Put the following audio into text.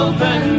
Open